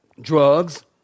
drugs